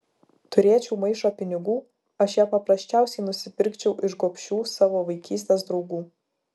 turėčiau maišą pinigų aš ją paprasčiausiai nusipirkčiau iš gobšių savo vaikystės draugų